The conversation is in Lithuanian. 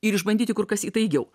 ir išbandyti kur kas įtaigiau